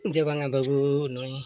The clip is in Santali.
ᱡᱮ ᱵᱟᱝᱟ ᱵᱟᱹᱵᱩ ᱱᱩᱭ